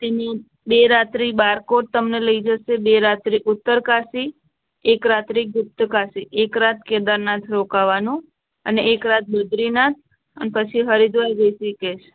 તેની બે રાત્રિ બારકોટ તમને લઈ જશે બે રાત્રિ ઉત્તરકાશી એક રાત્રિ ગુપ્તકાશી એક રાત કેદારનાથ રોકાવાનું અને એક રાત બદ્રીનાથ અને પછી હરિદ્વાર ઋષિકેશ